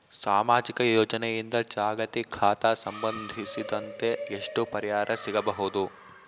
ಸಾಮಾಜಿಕ ಯೋಜನೆಯಿಂದ ಚಾಲತಿ ಖಾತಾ ಸಂಬಂಧಿಸಿದಂತೆ ಎಷ್ಟು ಪರಿಹಾರ ಸಿಗಬಹುದು?